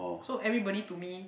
so everybody to me